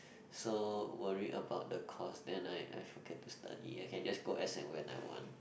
so worry about the cost then I I focus to study I can just go as and when I want